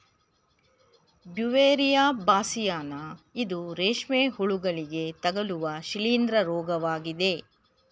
Beauveria bassiana ಇದು ರೇಷ್ಮೆ ಹುಳುಗಳಿಗೆ ತಗಲುವ ಶಿಲೀಂದ್ರ ರೋಗವಾಗಿದೆ